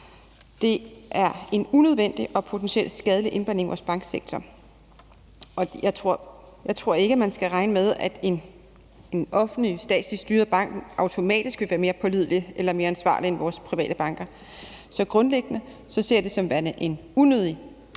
Det er en unødvendig og potentielt skadelig indblanding i vores banksektor, og jeg tror ikke, at man skal regne med, at en offentlig, statsligt styret bank automatisk vil være mere pålidelig eller mere ansvarlig end vores private banker. Så grundlæggende ser jeg det som værende en unødig